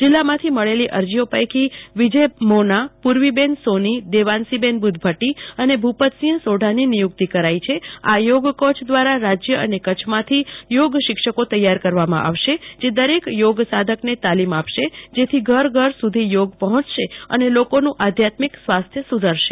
જિલ્લામાંથી મળેલી અરજીઓ પૈકી વિજયભાઈ મોતા પૂર્વી સોની દેવાંશી બુધ્ધભટ્ટી અને ભૂપતસિંહ સોઢાની નિયુક્તિ કરાઈ છે આ યોગકોચ દ્વારા રાજ્ય અને કચ્છમાંથી યોગશિક્ષકો તેયાર કરવામાં આવશે જે દરેક યોગસાધકને તાલીમ આપશે જેથી ઘર ઘર સુધી યોગ પહોંચીશે અને લોકોનું આધ્યાત્મિક સ્વાસ્થ્ય સુધરશે